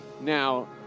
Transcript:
now